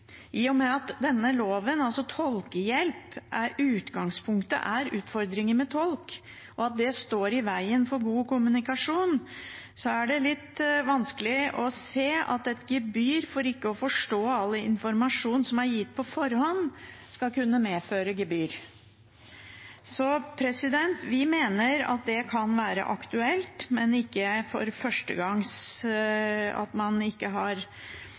I og med at denne loven skal gi tolkehjelp, er utgangspunktet utfordringer med tolk, og at det står i vegen for god kommunikasjon. Da er det litt vanskelig å se at det å ikke forstå all informasjon som er gitt på forhånd, skal kunne medføre gebyr. Vi mener at det kan være aktuelt, men ikke f.eks. for at man ikke har